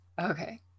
Okay